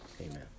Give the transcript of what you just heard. Amen